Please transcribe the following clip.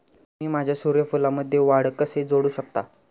तुम्ही माझ्या सूर्यफूलमध्ये वाढ कसे जोडू शकता?